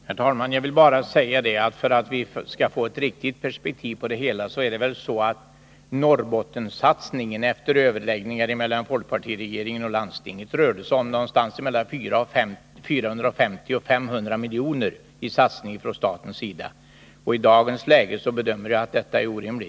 Herr talman! För att vi skall få ett riktigt perspektiv på det hela vill jag bara säga att den Norrbottensatsning som gjordes efter överläggningar mellan folkpartiregeringen och landstinget kostade staten någonting mellan 450 och 500 miljoner. I dagens läge bedömer jag en sådan satsning som orimlig.